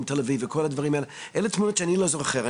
תל אביב וכל הדברים האלה אלה תמונות שאני לא זוכר.